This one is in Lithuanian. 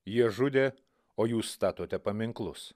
jie žudė o jūs statote paminklus